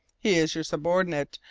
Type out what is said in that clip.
he is your subordinate,